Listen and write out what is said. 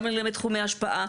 גם בתחומי השפעה,